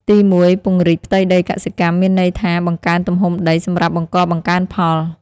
ទីមួយ ពង្រីកផ្ទៃដីកសិកម្ម មានន័យថាបង្កើនទំហំដីសម្រាប់បង្កបង្កើនផល។